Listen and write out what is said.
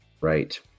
right